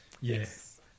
Yes